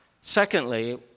Secondly